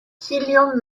helium